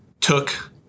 took